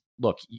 look